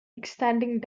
extending